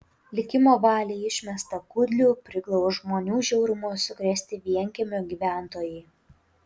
likimo valiai išmestą kudlių priglaus žmonių žiaurumo sukrėsti vienkiemio gyventojai